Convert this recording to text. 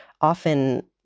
often